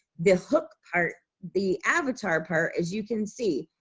the hook part, the avatar part as you can see,